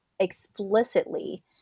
explicitly